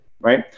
Right